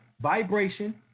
vibration